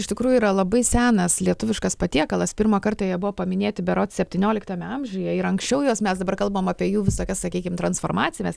iš tikrųjų yra labai senas lietuviškas patiekalas pirmą kartą jie buvo paminėti berods septynioliktame amžiuje ir anksčiau juos mes dabar kalbam apie jų visokias sakykim transformacijas